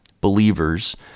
believers